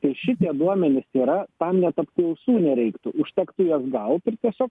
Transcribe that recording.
tai šitie duomenys yra tam net apklausų nereiktų užtektų jas gaut ir tiesiog